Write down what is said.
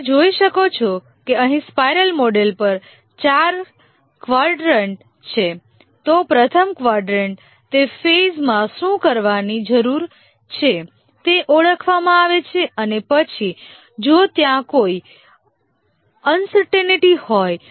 તમે જોઈ શકો છો કે અહીં સ્પાઇરલ મોડલ પર ચાર કવાડરન્ટ છે તો પ્રથમ કવાડરન્ટ તે ફેઝમાં શું કરવાની જરૂર છે તે ઓળખવામાં આવે છે અને પછી જો ત્યાં કોઈ અનસર્ટેઈનિટી હોય